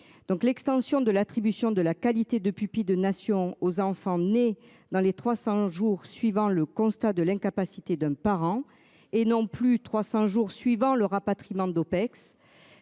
l'extension de l'attribution de la qualité de pupille de nation aux enfants nés dans les 300 jours suivant le constat de l'incapacité d'un parent et non plus 300 jours suivant le rapatriement d'OPEX.